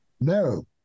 No